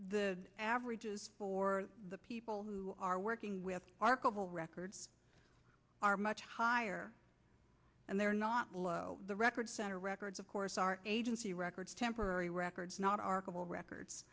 the averages for the people who are working with archival records are much higher and they're not below the records center records of course our agency records temporary records not archival records